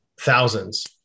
thousands